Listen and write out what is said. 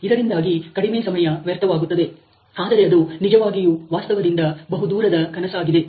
ಇದರಿಂದಾಗಿ ಕಡಿಮೆ ಸಮಯ ವ್ಯರ್ಥವಾಗುತ್ತದೆ ಆದರೆ ಅದು ನಿಜವಾಗಿಯೂ ವಾಸ್ತವದಿಂದ ಬಹು ದೂರದ ಕನಸಾಗಿದೆ